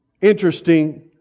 interesting